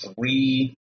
three